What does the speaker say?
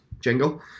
jingle